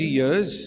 years